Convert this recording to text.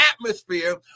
atmosphere